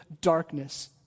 darkness